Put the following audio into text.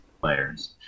players